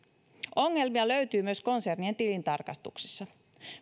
ongelmia löytyy myös konsernien tilintarkastuksissa